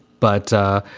but